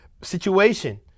situation